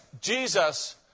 Jesus